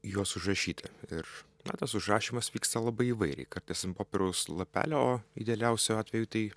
juos užrašyti ir na tas užrašymas vyksta labai įvairiai kartais an popieriaus lapelio o idealiausiu atveju tai